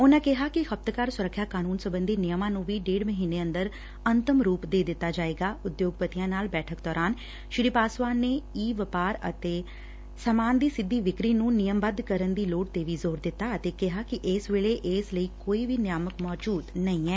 ਉਨੂਾਂ ਨੇ ਕਿਹਾ ਕਿ ਖਪਤਕਾਰ ਸੁਰੱਖਿਆ ਕਾਨੂੰਨ ਸਬੰਧੀ ਨਿਯਮਾਂ ਨੂੰ ਵੀ ਡੇਢ ਮਹੀਨੇ ਅੰਦਰ ਅੰਤਮ ਰੁਪ ਦੇ ਦਿੱਤਾ ਜਾਏਗਾ ਉਦਯੋਗਪਤੀਆਂ ਨਾਲ ਬੈਠਕ ਦੌਰਾਨ ਸ੍ਰੀ ਪਾਸਵਾਨ ਨੇ ਈ ਵਪਾਰ ਅਤੇ ਸਮਾਨ ਦੀ ਸਿੱਧੀ ਵਿੱਕਰੀ ਨੂੰ ਨਿਯਮਬੁੱਧ ਕਰਨ ਦੀ ਲੋੜ ਤੇ ਵੀ ਜੋਰ ਦਿੱਤਾ ਅਤੇ ਕਿਹਾ ਕਿ ਇਸ ਵੇਲੇ ਇਸ ਲਈ ਕੋਈ ਨਿਯਾਮਕ ਮੌਜੁਦ ਨਹੀਂ ਐ